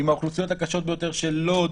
עם האוכלוסיות הקשות ביותר של לוד,